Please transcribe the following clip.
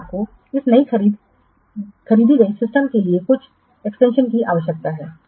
अब आपको इस नई खरीदी गई सिस्टमके लिए कुछ एक्सटेंशन की आवश्यकता है